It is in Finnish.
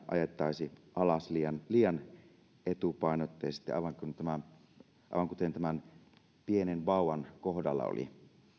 ajettaisi alas liian liian etupainotteisesti aivan kuten tämän pienen vauvan kohdalla oli